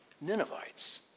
Ninevites